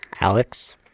Alex